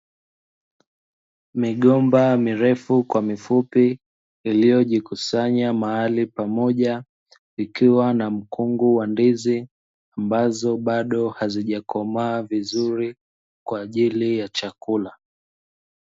Migomba mirefu kwa mifupi iliyojikusanya mahali pamoja, ikiwa na mkungu wa ndizi ambazo bado hazijakomaa vizuri kwa ajili ya chakula.